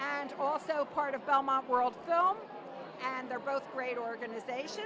and also part of belmont world well and they're both great organization